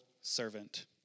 servant